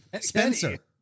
spencer